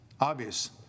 obvious